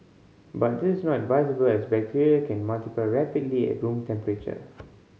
but this is not advisable as bacteria can multiply rapidly at room temperature